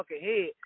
head